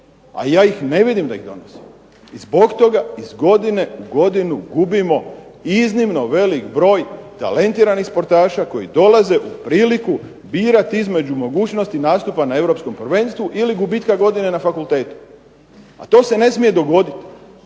a ja ih ne vidim da ih donosi. I zbog toga iz godine u godinu gubimo iznimno velik broj talentiranih sportaša koji dolaze u priliku birat između mogućnosti nastupa na europskom prvenstvu ili gubitka godine na fakultetu, a to se ne smije dogoditi.